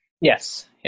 Yes